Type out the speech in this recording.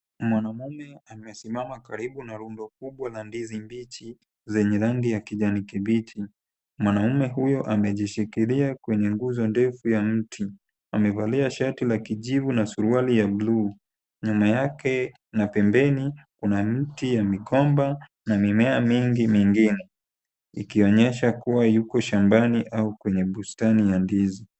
Mwanamume amesimama karibu na rundo kubwa la ndizi mbichi zenye rangi ya kijani kibichi. Mwanaume huyo amejishikilia kwenye nguzo ndefu ya mti. Amevalia shati la kijivu na suruali ya bluu. Nyuma yake na pembeni kuna miti ya migomba na mimea mingi mingine ikionyesha kuwa yuko shambani au kwenye bustani ya ndizi.